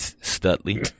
studley